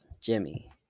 Jimmy